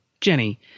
Jenny